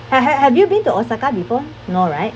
have have you been to osaka before no right